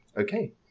okay